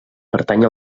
pertany